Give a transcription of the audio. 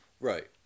Right